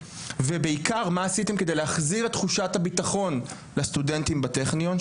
ובעיקר מה עשיתם כדי להחזיר את תחושת הבטחון לסטודנטים בטכניון,